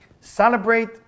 celebrate